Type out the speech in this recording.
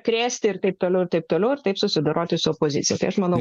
krėsti ir taip toliau ir taip toliau ir taip susidoroti su opozicija tai aš manau